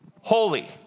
holy